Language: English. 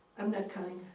i'm not coming.